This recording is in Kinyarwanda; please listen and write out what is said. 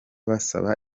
basaba